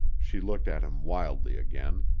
she looked at him wildly again.